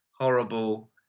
horrible